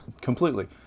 Completely